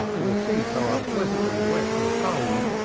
your feet are unpleasantly wet and cold,